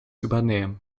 übernehmen